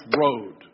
road